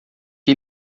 que